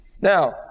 now